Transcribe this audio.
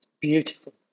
beautiful